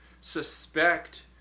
suspect